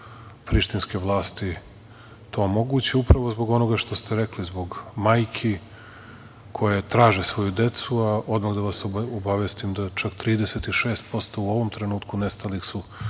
da prištinske vlasti to omoguće upravo zbog onoga što ste rekli zbog majki koje traže svoju decu, a odmah da vas obavestim da čak 36% u ovom trenutku nestalih su